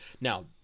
Now